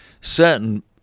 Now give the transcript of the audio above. certain